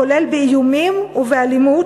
כולל באיומים ובאלימות,